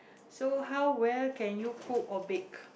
so how well can you cook or bake